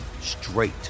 straight